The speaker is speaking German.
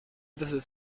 würfel